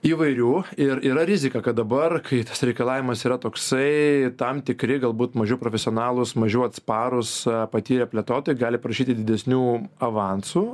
įvairių ir yra rizika kad dabar kai tas reikalavimas yra toksai tam tikri galbūt mažiau profesionalūs mažiau atsparūs patyrę plėtotojai gali prašyti didesnių avansų